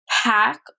pack